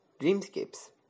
Dreamscapes